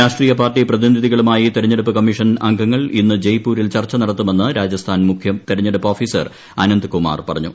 രാഷ്ട്രീയ പാർട്ടി പ്രതിനിധികളുമായി തെരഞ്ഞെടുപ്പ് കമ്മീഷൻ അംഗങ്ങൾ ഇന്ന് ജയ്പൂരിൽ ചർച്ച നടത്തുമെന്ന് രാജസ്ഥാൻ മുഖ്യ തെരഞ്ഞെടുപ്പ് ഓഫീസർ അനന്ത് കുമാർ പറഞ്ഞു